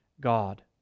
God